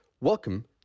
Welcome